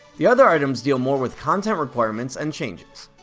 the other items deal more with content requirements and changes.